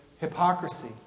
hypocrisy